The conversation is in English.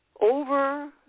over